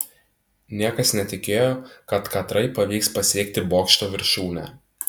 niekas netikėjo kad katrai pavyks pasiekti bokšto viršūnę